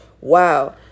Wow